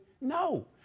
No